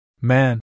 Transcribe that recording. Man